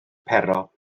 pero